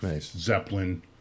Zeppelin